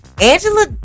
Angela